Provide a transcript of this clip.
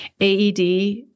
AED